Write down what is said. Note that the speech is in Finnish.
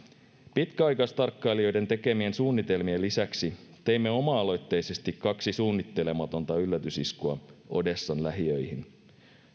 pitkäaikaistarkkailijoiden tekemien suunnitelmien lisäksi teimme oma aloitteisesti kaksi suunnittelematonta yllätysiskua odessan lähiöihin